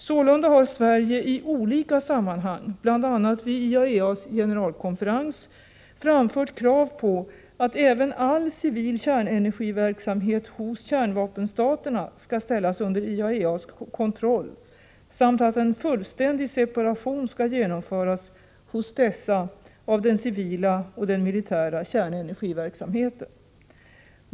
Sålunda har Sverige i olika sammanhang, bl.a. vid IAEA:a generalkonferens, framfört krav på att även all civil kärnenergiverksamhet hos kärnvapenstaterna skall ställas under IAEA:s kontroll samt att en fullständig separation skall genomföras hos dessa av den civila och den militära kärnenergiverksamheten.